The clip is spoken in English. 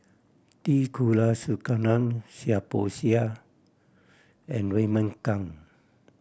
T Kulasekaram Seah Peck Seah and Raymond Kang